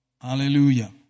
Hallelujah